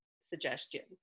suggestions